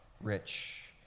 rich